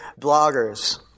bloggers